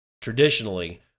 Traditionally